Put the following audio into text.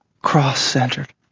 Cross-centered